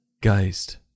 Geist